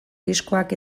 diskoak